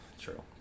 true